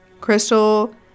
Crystal